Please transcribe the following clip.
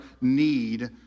need